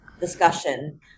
discussion